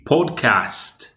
Podcast